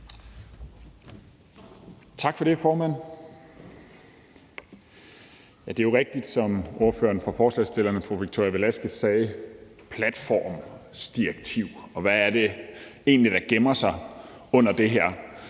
Tak for det, formand. Det er jo rigtigt, hvad ordføreren for forslagsstillerne, fru Victoria Velasquez, sagde om platformsdirektivet, og hvad det egentlig er, der gemmer sig under det her.